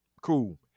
Cool